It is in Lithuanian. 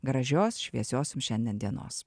gražios šviesios jums šiandien dienos